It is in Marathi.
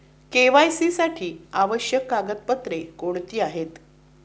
के.वाय.सी साठी आवश्यक कागदपत्रे कोणती आहेत?